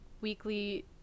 weekly